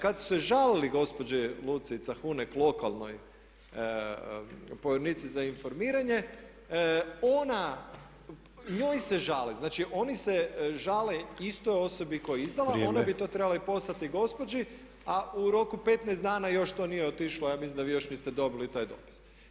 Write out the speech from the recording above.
Kad su se žalili gospođi Luciji Cahunek, lokalnoj povjerenici za informiranje, njoj se žale, oni se žale istoj osobi koja je izdala, onda bi to trebalo i poslati gospođi a u roku od 15 dana još to nije otišlo, ja mislim da vi još niste dobili taj dopis.